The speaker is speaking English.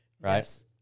Right